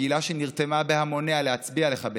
קהילה שנרתמה בהמוניה להצביע לך,